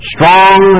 Strong